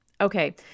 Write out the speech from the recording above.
Okay